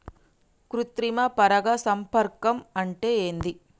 కృత్రిమ పరాగ సంపర్కం అంటే ఏంది?